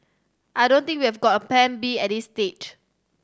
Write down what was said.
I don't think we have got a Plan B at this stage